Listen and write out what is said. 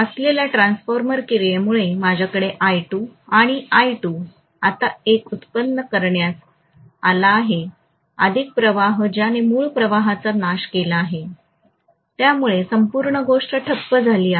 असलेल्या ट्रान्सफॉर्मर क्रियेमुळे माझ्याकडे I2 होते आणि I2 आता एक व्युत्पन्न करण्यास आला आहे अधिक प्रवाह ज्याने मूळ प्रवाहाचा नाश केला आहे त्यामुळे संपूर्ण गोष्ट ठप्प झाली आहे